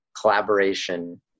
collaboration